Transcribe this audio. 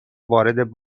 وارد